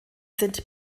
sind